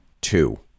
two